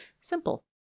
simple